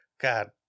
God